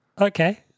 Okay